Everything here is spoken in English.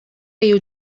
you